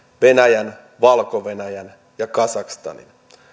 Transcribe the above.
venäjän valko venäjän ja kazakstanin